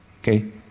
Okay